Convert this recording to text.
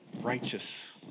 righteous